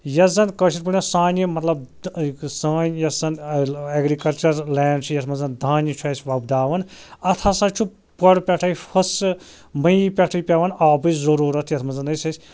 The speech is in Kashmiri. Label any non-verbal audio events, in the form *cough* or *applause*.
یۄس زَن کٲشٕر پٲٹھۍ ٲس سانہِ مطلب سٲنۍ یۄس زَن اٮ۪گرِکَلچٕرَل لینٛڈ چھِ یَتھ منٛز دانہِ چھُ اَسہِ وۄپداوان اَتھ ہسا چھُ تورٕ پٮ۪ٹھَے *unintelligible* بٔنی پٮ۪ٹھٕے پٮ۪وان آبٕچ ضٔروٗرتھ یَتھ منٛز أسۍ ٲسۍ